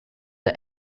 der